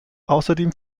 außerdem